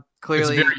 clearly